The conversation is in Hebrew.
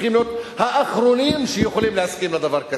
צריכים להיות האחרונים שיכולים להסכים לדבר כזה.